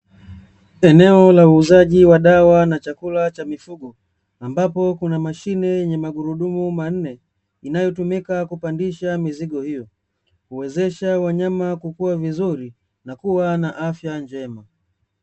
Eneo la uuzaji wa dawa na chakula cha mifugo, ambapo kuna mashine yenye magurudumu manne inayotumika kupandisha mizigo hiyo, kuwezesha wanyama kukua vizuri na kuwa na afya njema.